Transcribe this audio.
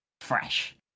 fresh